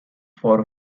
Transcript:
for